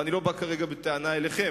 ואני לא בא כרגע בטענה אליכם,